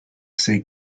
see